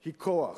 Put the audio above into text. היא כוח.